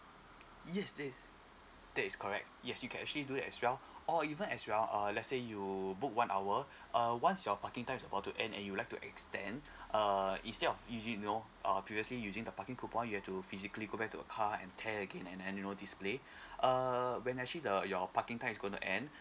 yes it is that is correct yes you can actually do that as well or even as well uh let's say you book one hour uh once your parking time is about to end and you'd like to extend uh instead of usually you know uh previously using the parking coupon you have to physically go back to a car and tear again and then you know display err when actually the your parking time is going to end